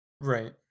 Right